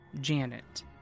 Janet